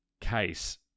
case